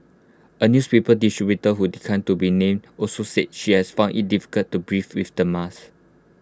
A newspaper distributor who declined to be named also said she has found IT difficult to breathe with the mask